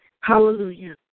Hallelujah